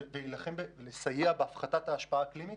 ולסייע בהפחתת ההשפעה האקלימית,